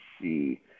see